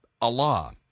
Allah